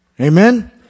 Amen